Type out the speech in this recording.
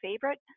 favorite